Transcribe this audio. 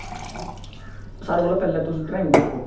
सारे कोला पैह्ले तुस ड्रांइग दिक्खो